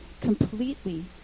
completely